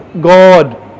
God